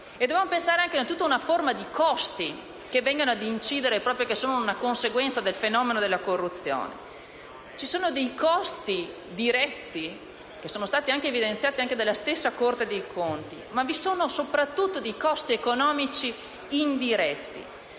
Dobbiamo anche pensare a tutta una serie di costi che vengono ad incidere, e che sono una conseguenza del fenomeno della corruzione. Ci sono costi diretti, che sono stati evidenziati anche dalla stessa Corte dei conti, ma, soprattutto, costi economici indiretti: